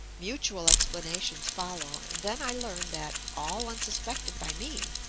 mutual explanations follow, and then i learn that, all unsuspected by me,